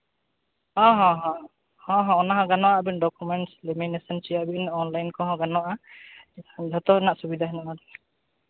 ᱦᱚᱸ ᱦᱚᱸ ᱚᱱᱟ ᱦᱚᱸ ᱜᱟᱱᱚᱜᱼᱟ ᱟᱹᱵᱤᱱ ᱰᱚᱠᱳᱢᱮᱱᱴᱥ ᱞᱮᱢᱤᱱᱮᱥᱮᱱ ᱦᱚᱪᱚᱭᱟᱵᱤᱱ ᱚᱱᱞᱟᱭᱤᱱ ᱠᱚᱦᱚᱸ ᱜᱟᱱᱚᱜᱼᱟ ᱡᱷᱚᱛᱚ ᱨᱮᱱᱟᱜ ᱥᱩᱵᱤᱫᱷᱟ ᱦᱮᱱᱟᱜᱼᱟ